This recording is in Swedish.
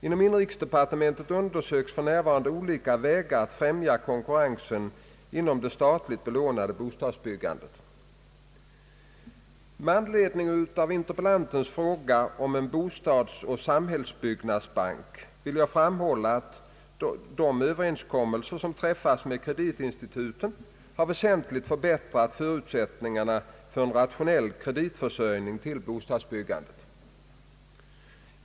Inom inrikesdepartementet undersöks för närvarande olika vägar att främja konkurrensen inom det statligt belånade bostadsbyggandet. nadsbank vill jag framhålla att de överenskommelser som träffats med kreditinstituten har väsentligt förbättrat förutsättningarna för en rationell kreditförsörjning till bostadsbyggandet.